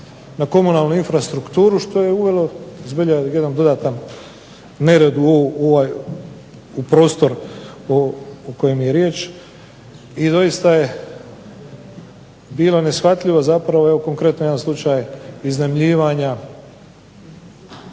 na komunalnu infrastrukturu što je uvelo zbilja jedan dodatan nered u ovaj prostor o kojem je riječ. I doista je bilo neshvatljivo zapravo, evo konkretno jedan slučaj iznajmljivanja